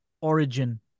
origin